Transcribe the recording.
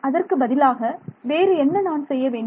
அதற்குப் பதிலாக வேறு என்ன நான் செய்ய வேண்டும்